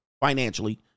financially